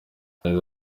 yagize